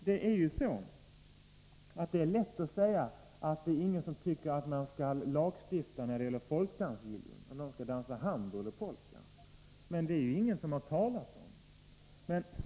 Det är lätt att säga att ingen tycker att man skall lagstifta när det gäller folkdansgillen, om huruvida de skall dansa hambo eller polka. Men det är ju ingen som har talat om det.